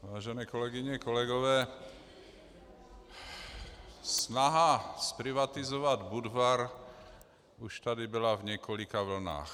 Vážené kolegyně, kolegové, snaha zprivatizovat Budvar už tady byla v několika vlnách.